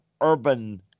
Urban